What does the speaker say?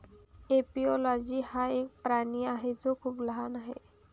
एपिओलोजी हा एक प्राणी आहे जो खूप लहान आहे